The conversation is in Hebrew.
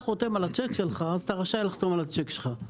הצ'ק שלך, אתה רשאי לחתום על הצ'ק שלך.